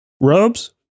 rubs